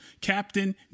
Captain